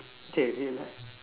okay relax